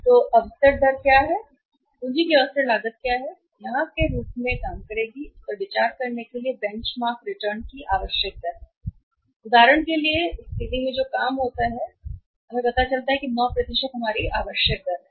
तो अवसर दर क्या है पूंजी की अवसर लागत क्या है जो यहां के रूप में काम करेगी इस पर विचार करने के लिए बेंचमार्क रिटर्न की आवश्यक दर है और उदाहरण के लिए स्थिति में यहां जो काम होता है वह इस स्थिति में होता है कि हमें पता चलता है कि 9 हमारी आवश्यक दर है